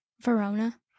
Verona